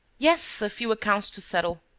yes, a few accounts to settle.